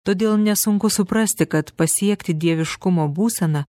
todėl nesunku suprasti kad pasiekti dieviškumo būseną